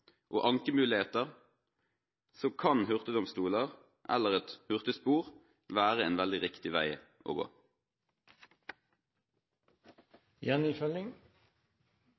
og ankemuligheter – kan hurtigdomstoler, eller et hurtigspor, være en veldig riktig vei å